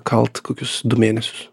kalt kokius du mėnesius